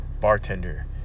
bartender